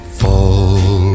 fall